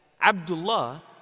Abdullah